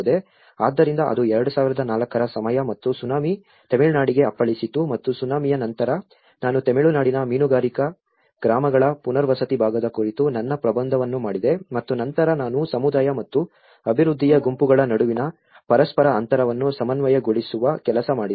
ಆದ್ದರಿಂದ ಅದು 2004 ರ ಸಮಯ ಮತ್ತು ಸುನಾಮಿ ತಮಿಳುನಾಡಿಗೆ ಅಪ್ಪಳಿಸಿತು ಮತ್ತು ಸುನಾಮಿಯ ನಂತರ ನಾನು ತಮಿಳುನಾಡಿನ ಮೀನುಗಾರಿಕಾ ಗ್ರಾಮಗಳ ಪುನರ್ವಸತಿ ಭಾಗದ ಕುರಿತು ನನ್ನ ಪ್ರಬಂಧವನ್ನು ಮಾಡಿದೆ ಮತ್ತು ನಂತರ ನಾನು ಸಮುದಾಯ ಮತ್ತು ಅಭಿವೃದ್ಧಿಯ ಗುಂಪುಗಳ ನಡುವಿನ ಪರಸ್ಪರ ಅಂತರವನ್ನು ಸಮನ್ವಯಗೊಳಿಸುವ ಕೆಲಸ ಮಾಡಿದೆ